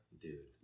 Dude